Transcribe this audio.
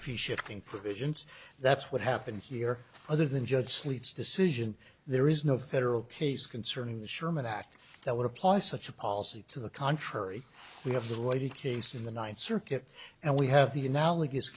shifting provisions that's what happened here other than judge sleeps decision there is no federal case concerning the sherman act that would apply such a policy to the contrary we have the right in case in the ninth circuit and we have the analogous